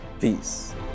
Peace